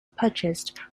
purchased